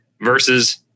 versus